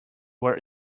were